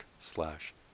slash